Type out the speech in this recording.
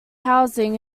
housing